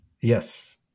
yes